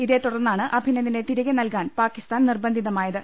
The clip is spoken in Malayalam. ഇതേ തുടർന്നാണ് അഭിനന്ദിനെ തിരികെ നൽകാൻ പാകിസ്ഥാൻ നിർബന്ധിതമായത്